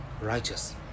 righteous